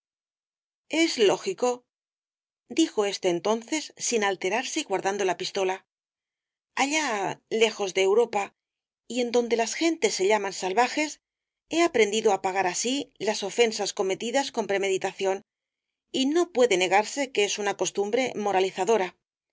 es lógico dijo éste entonces sin alterarse y guardando la pistola allá lejos de europa y en donde las gentes se llaman salvajes he aprendido á pagar así las ofensas cometidas con premeditación y no puede negarse que es una costumbre moralizadora